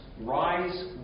rise